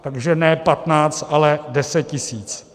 Takže ne 15, ale 10 tisíc.